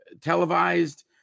televised